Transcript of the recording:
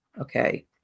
Okay